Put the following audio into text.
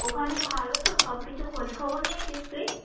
ওখানে ভালো তো সব কিছু খোঁজ খবর নিয়েছিস তুই